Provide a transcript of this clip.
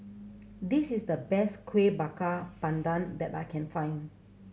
this is the best Kueh Bakar Pandan that I can find